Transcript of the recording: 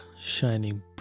shining